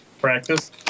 Practice